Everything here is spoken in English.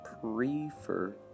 prefer